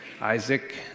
Isaac